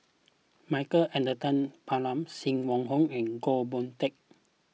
Michael Anthony Palmer Sim Wong Hoo and Goh Boon Teck